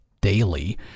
daily